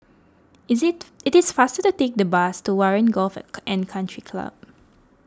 is it it is faster to take the bus to Warren Golf and Country Club